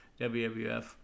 WWF